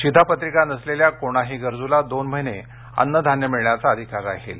शिधा पत्रिका नसलेल्या कोणाही गरजूला दोन महिने अन्नधान्य मिळण्याचा अधिकार राहील